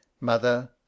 Mother